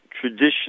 tradition